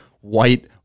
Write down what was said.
white